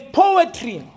poetry